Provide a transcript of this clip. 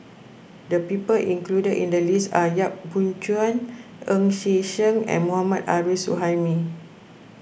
the people included in the list are Yap Boon Chuan Ng Yi Sheng and Mohammad Arif Suhaimi